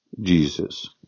Jesus